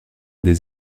des